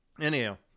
Anyhow